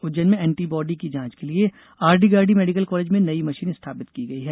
उज्जैन में antibody की जांच के लिए आर्डीगार्डी मेडिकल कॉलेज में नई मशीन स्थापित की गई है